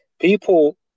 people